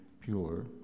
pure